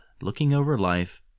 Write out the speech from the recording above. lookingoverlife